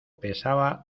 pesaba